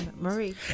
marie